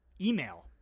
email